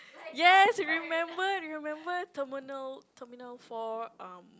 yes remember remember terminal Terminal Four um